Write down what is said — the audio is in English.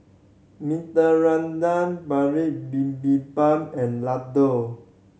Bibimbap and Ladoo